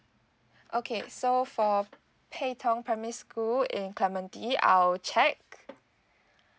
okay so for pei tong primary school in clementi I'll check